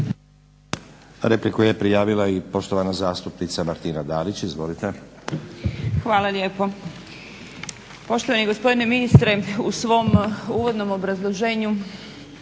Repliku je prijavila i poštovana zastupnica Martina Dalić. Izvolite. **Dalić, Martina (HDZ)** Hvala lijepo. Poštovani gospodine ministre u svom uvodnom obrazloženju